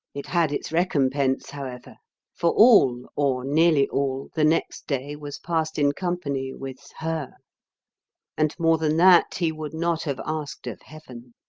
it had its recompense, however for all or nearly all the next day was passed in company with her and more than that he would not have asked of heaven.